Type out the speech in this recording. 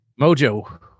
Mojo